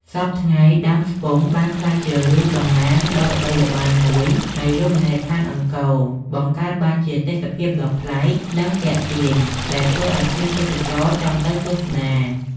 សព្វថ្ងៃ ដើមស្ពង់បានក្លាយជារូបតំណាងដ៏ល្បីល្បាញមួយនៃរមណីយដ្ឋានអង្គរ បង្កើតបានជាទេសភាពដ៏ប្លែក និងទាក់ទាញ ដែលធ្វើឱ្យភ្ញៀវទេសចរចង់ទៅទស្សនា។